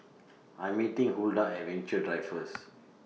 I'm meeting Huldah At Venture Drive First